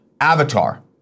Avatar